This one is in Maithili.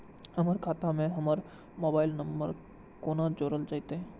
हमर खाता मे हमर मोबाइल नम्बर कोना जोरल जेतै?